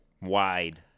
wide